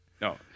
no